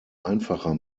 einfacher